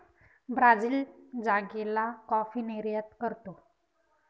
Brazil जागेला coffee निर्यात करतो